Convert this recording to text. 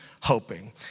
hoping